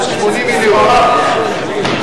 80 מיליון,